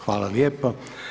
Hvala lijepo.